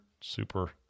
super